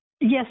Yes